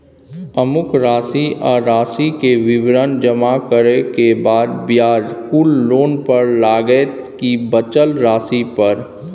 अमुक राशि आ राशि के विवरण जमा करै के बाद ब्याज कुल लोन पर लगतै की बचल राशि पर?